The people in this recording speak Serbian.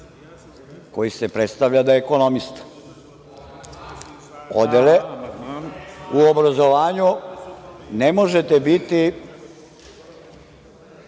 koji se predstavlja da je ekonomista. Podele u obrazovanju, ne možete biti